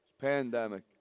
pandemic